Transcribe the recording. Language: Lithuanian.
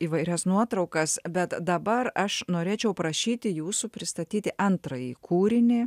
įvairias nuotraukas bet dabar aš norėčiau prašyti jūsų pristatyti antrąjį kūrinį